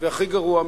והכי גרוע,